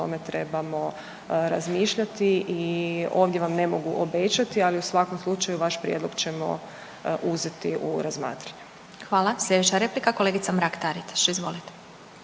tome trebamo razmišljati. I ovdje vam ne mogu obećati ali u svakom slučaju vaš prijedlog ćemo uzeti u razmatranje. **Glasovac, Sabina (SDP)** Hvala. Slijedeća replika kolegica Mrak Taritaš, izvolite.